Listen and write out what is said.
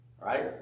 right